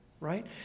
right